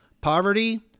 poverty